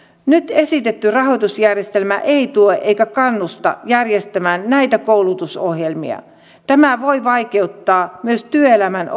nyt esitetty rahoitusjärjestelmä ei tue eikä kannusta järjestämään näitä koulutusohjelmia tämä voi vaikeuttaa myös työelämän